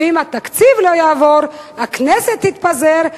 ואם התקציב לא יעבור הכנסת תתפזר,